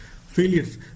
Failures